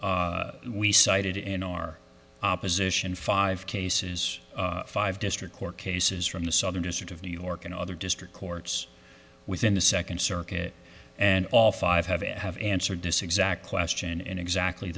we cited in our opposition five cases five district court cases from the southern district of new york and other district courts within the second circuit and all five have have answered this exact question in exactly